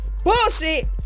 bullshit